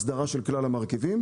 הסדרה של כלל המרכיבים.